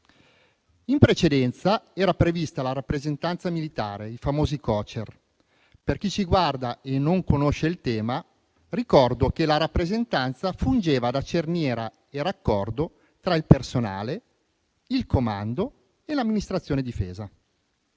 In precedenza, era prevista la rappresentanza militare, i famosi Cocer. Per chi ci guarda e non conosce il tema, ricordo che la rappresentanza fungeva da cerniera e raccordo tra il personale, il comando e l'amministrazione difesa.